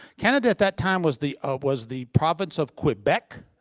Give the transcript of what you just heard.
canada at that time was the um was the province of quebec.